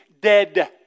dead